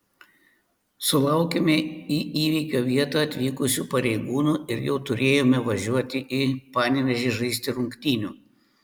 sulaukėme į įvykio vietą atvykusių pareigūnų ir jau turėjome važiuoti į panevėžį žaisti rungtynių